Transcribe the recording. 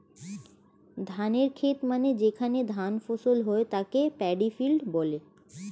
ধানের খেত মানে যেখানে ধান ফসল হয়ে তাকে প্যাডি ফিল্ড বলে